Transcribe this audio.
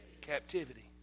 Captivity